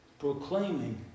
proclaiming